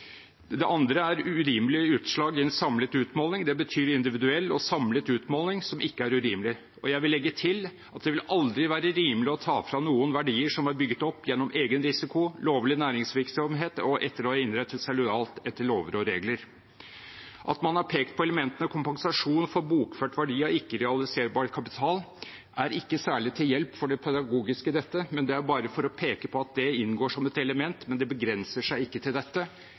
Det andre uttrykket man bruker, er «urimelige utslag i samlet utmåling». Det betyr individuell og samlet utmåling som ikke er urimelig. Jeg vil legge til at det aldri vil være rimelig å ta fra noen verdier som er bygget opp gjennom egen risiko, lovlig næringsvirksomhet og etter å ha innrettet seg lojalt etter lover og regler. At man har pekt på elementet «kompensasjonen for bokført verdi av ikke-realiserbar kapital», er ikke særlig til hjelp for det pedagogiske i dette. Det er bare for å peke på at det inngår som et element, men det begrenser seg ikke til dette.